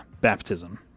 baptism